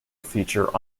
feature